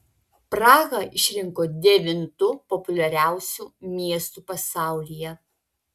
prahą išrinko devintu populiariausiu miestu pasaulyje